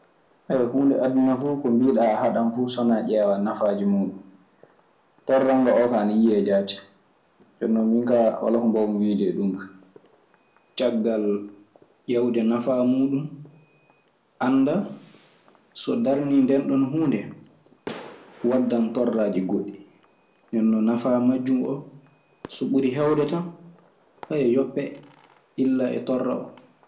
huunde aduna fuu ko mbiiɗaa a haɗan fuu so wanaa ƴeewaa nafaa muuɗun, torla mun kaa oo kaa ana yiyee jaati. Jooni non min kaa walaa ko mbaawmi wiide e ɗun kaa. Caggal ƴewde nafaa muuɗum annda so darnii nde ɗoo huunde waddan torraaji goɗɗi, nenno nafaa majjum oo so ɓuri hewde tan yoppee, illa e torra oo.